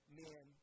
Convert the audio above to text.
men